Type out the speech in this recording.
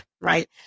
Right